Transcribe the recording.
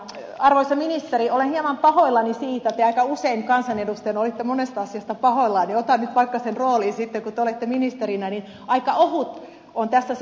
arvoisa ministeri olen hieman pahoillani siitä kun te aika usein kansanedustajana olitte monesta asiasta pahoillanne niin otan nyt vaikka sen roolin sitten kun te olette ministerinä että aika ohut on tässä se opettajuusosuus